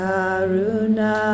Karuna